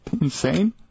Insane